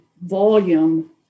volume